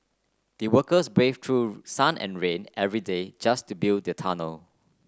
the workers brave through sun and rain every day just to build the tunnel